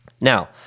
Now